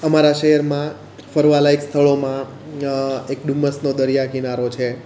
અમારા શહેરમાં ફરવાલાયક સ્થળોમાં એક ડુમ્મસનો દરિયા કિનારો છે